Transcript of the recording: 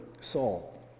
Saul